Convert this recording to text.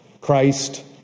Christ